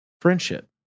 friendship